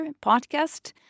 podcast